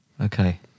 Okay